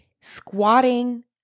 Squatting